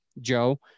Joe